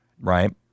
Right